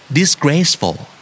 disgraceful